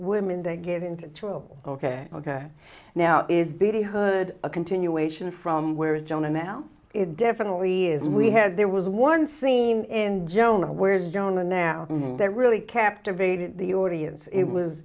women they get into trouble ok ok now is the hood a continuation from where john and now it definitely is we had there was one scene in jonah where jonah now that really captivated the audience it was